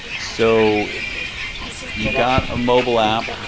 so you've got a mobile app